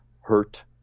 hurt